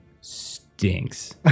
stinks